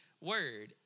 word